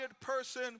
person